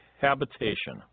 habitation